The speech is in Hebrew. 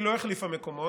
היא לא החליפה מקומות,